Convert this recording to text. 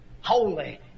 Holy